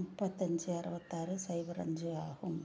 முப்பத்தஞ்சு அறுபத்தாறு சைபர் அஞ்சு ஆகும்